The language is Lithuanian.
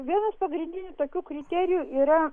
vienas pagrindinių tokių kriterijų yra